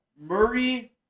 Murray